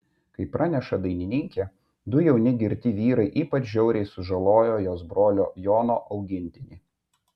kaip praneša dainininkė du jauni girti vyrai ypač žiauriai sužalojo jos brolio jono augintinį